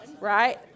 right